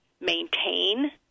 maintain